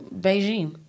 Beijing